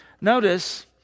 notice